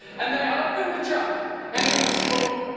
and they opened the truck and it was full,